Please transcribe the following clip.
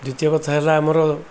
ଦ୍ୱିତୀୟ କଥା ହେଲା ଆମର